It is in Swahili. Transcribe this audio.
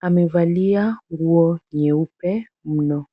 Amevalia nguo nyeupe mno.